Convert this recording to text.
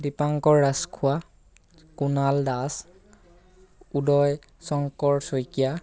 Dipankar Rajkhowa Kunal Das Uday Shankar Saikia